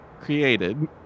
created